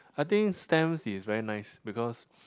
I think stamps is very nice because